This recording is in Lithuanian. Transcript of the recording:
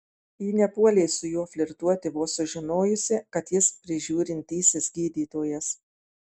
ji nepuolė su juo flirtuoti vos sužinojusi kad jis prižiūrintysis gydytojas